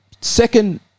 second